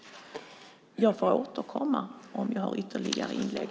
Jag får återkomma om jag har ytterligare inlägg.